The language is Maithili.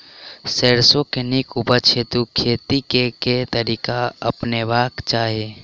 सैरसो केँ नीक उपज हेतु खेती केँ केँ तरीका अपनेबाक चाहि?